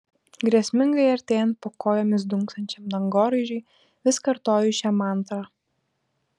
grėsmingai artėjant po kojomis dunksančiam dangoraižiui vis kartoju šią mantrą